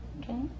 Okay